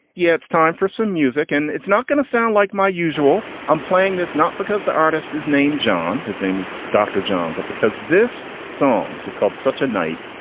yeah, it's time for some music and it's not going to sound like my usual. i'm playing this not because the artist is named john. his name is dr. john, but because this song, which is called such a night,